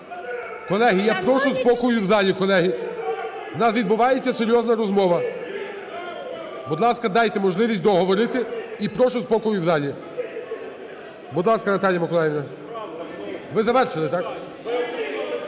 Колеги, я прошу спокою в залі, колеги! У нас відбувається серйозна розмова. Будь ласка, дайте можливість договорити, і прошу спокою в залі. Будь ласка, Наталія Миколаївна. Ви завершили, так?